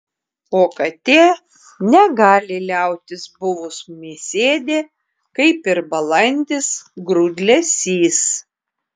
o katė negali liautis buvus mėsėdė kaip ir balandis grūdlesys